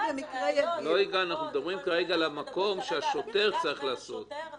כרגע מדברים על המקום, שהשוטר צריך לעשות את זה.